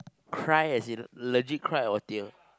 cry as in legit cry or tear